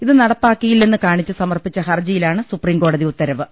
ഇത് നടപ്പാക്കിയില്ലെന്ന് കാണിച്ച് സമർപ്പിച്ച ഹർജിയിലാണ് സുപ്രീംകോടതി ഉത്തരവ്